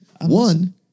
One